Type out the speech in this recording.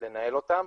לנהל אותם.